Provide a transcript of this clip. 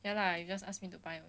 ya lah you just ask me to buy